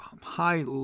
high